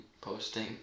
posting